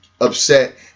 upset